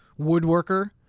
woodworker